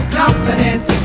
confidence